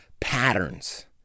patterns